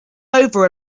over